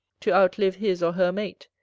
to outlive his or her mate,